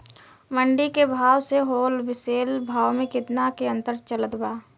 मंडी के भाव से होलसेल भाव मे केतना के अंतर चलत बा?